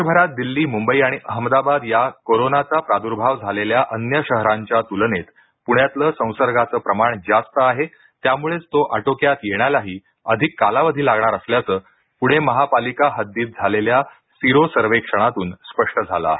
देशभरात दिल्ली मुंबई आणि अहमदाबाद या कोरोनाचा प्रादुर्भाव झालेल्या अन्य शहरांच्या तुलनेत पुण्यातलं संसर्गाचं प्रमाण जास्त आहे त्यामुळेच तो आटोक्यात येण्यालाही अधिक कालावधी लागणार असल्याचं पुणे महापालिका हद्दीत झालेल्या सिरो सर्वेक्षणातून स्पष्ट झालं आहे